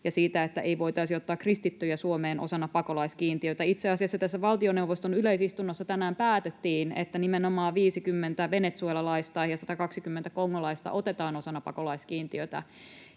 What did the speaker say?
ja siitä, että ei voitaisi ottaa kristittyjä Suomeen osana pakolaiskiintiötä. Itse asiassa valtioneuvoston yleisistunnossa tänään päätettiin, että nimenomaan 50 venezuelalaista ja 120 kongolaista otetaan osana pakolaiskiintiötä.